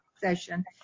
session